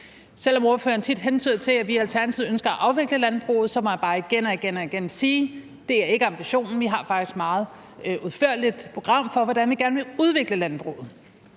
Selv om ordføreren tit hentyder til, at vi i Alternativet ønsker at afvikle landbruget, så må jeg bare igen og igen sige: Det er ikke ambitionen; vi har faktisk et meget udførligt program for, hvordan vi gerne vil udvikle landbruget.